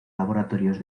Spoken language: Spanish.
laboratorios